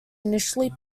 initially